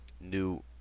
new